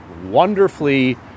Wonderfully